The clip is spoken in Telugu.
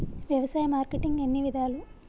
వ్యవసాయ మార్కెటింగ్ ఎన్ని విధాలు?